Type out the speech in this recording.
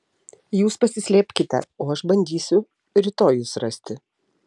jūs pasislėpkite o aš bandysiu rytoj jus rasti